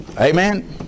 Amen